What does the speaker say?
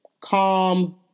calm